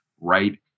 right